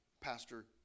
pastor